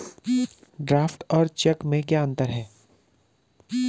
Draft और cheque में क्या अंतर है?